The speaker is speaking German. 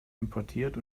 importiert